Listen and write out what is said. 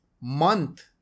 Month